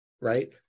right